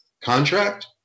contract